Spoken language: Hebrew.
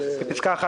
(א)בפסקה (1),